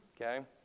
Okay